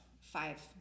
five